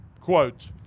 quote